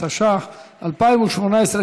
התשע"ח 2018,